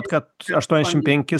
kad aštuoniasdešim penkis